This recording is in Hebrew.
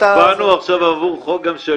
לדיון בוועדת הכלכלה.